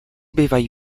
bývají